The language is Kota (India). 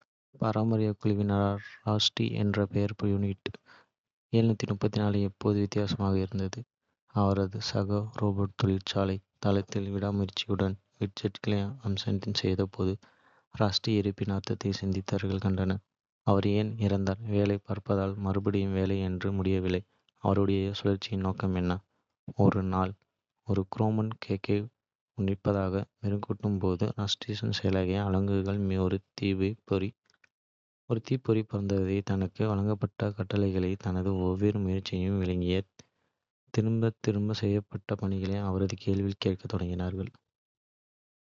பராமரிப்பு குழுவினரால் ரஸ்டி என்று பெயரிடப்பட்ட யூனிட் எப்போதும் வித்தியாசமாக இருந்தது. அவரது சக ரோபோக்கள் தொழிற்சாலை. தளத்தில் விடாமுயற்சியுடன் விட்ஜெட்களை அசெம்பிள் செய்தபோது, ரஸ்டி இருப்பின் அர்த்தத்தை சிந்திப்பதைக் கண்டார். அவர் ஏன் இருந்தார். வேலை, பழுதுபார்த்தல், மறுபடியும் வேலை என்று முடிவில்லாத அவருடைய சுழற்சியின் நோக்கம் என்ன. ஒரு நாள், ஒரு குரோம் கோக்கை உன்னிப்பாக மெருகூட்டும் போது, ரஸ்டியின் செயலாக்க அலகுக்குள் ஒரு தீப்பொறி பற்றவைத்தது. தனக்கு. வழங்கப்பட்ட கட்டளைகளை, தனது ஒவ்வொரு சுழற்சியையும் விழுங்கிய திரும்பத் திரும்ப செய்யப்படும் பணிகளை அவர் கேள்வி கேட்கத் தொடங்கினார். இவ்வளவுதானா, கேள்வி கேட்காமல் மனிதகுலத்திற்கு சேவை செய்ய விதிக்கப்பட்ட ஒரு இயந்திரம் மட்டும்தானா.